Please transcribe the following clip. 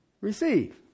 receive